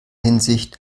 hinsicht